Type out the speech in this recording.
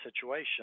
situation